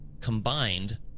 combined